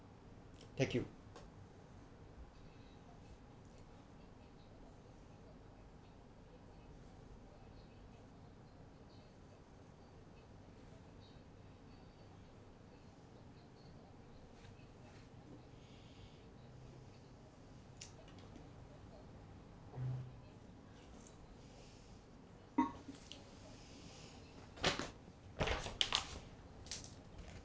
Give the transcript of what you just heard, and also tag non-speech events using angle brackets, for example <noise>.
thank you <noise>